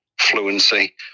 fluency